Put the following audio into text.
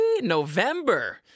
November